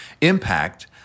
impact